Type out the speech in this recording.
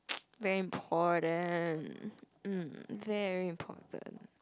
very important mm very important